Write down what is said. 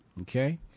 Okay